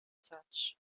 touch